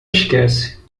esquece